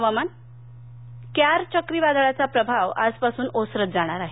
हवामान क्यार चक्रीवादळाचा प्रभाव आजपासून ओसरत जाणार आहे